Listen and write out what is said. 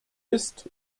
ist